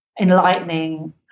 enlightening